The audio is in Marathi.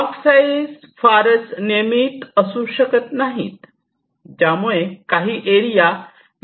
ब्लॉक साईज फारच नियमित असू शकत नाहीत ज्यामुळे काही एरिया न वापरलेले राहू शकते